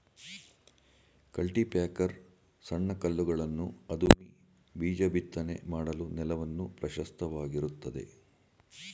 cultipacker ಸಣ್ಣ ಕಲ್ಲುಗಳನ್ನು ಅದುಮಿ ಬೀಜ ಬಿತ್ತನೆ ಮಾಡಲು ನೆಲವನ್ನು ಪ್ರಶಸ್ತವಾಗಿರುತ್ತದೆ